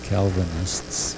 Calvinists